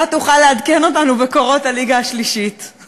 אתה תוכל לעדכן אותנו בקורות הליגה השלישית.